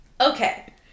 Okay